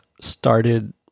started